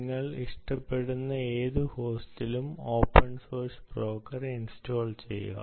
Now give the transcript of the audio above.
നിങ്ങൾ ഇഷ്ടപ്പെടുന്ന ഏത് ഹോസ്റ്റിലും ഓപ്പൺ സോഴ്സ് ബ്രോക്കർ ഇൻസ്റ്റാൾ ചെയ്യുക